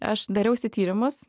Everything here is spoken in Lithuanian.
aš dariausi tyrimus